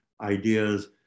ideas